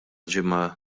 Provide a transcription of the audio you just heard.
ġimgħa